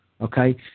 okay